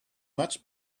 much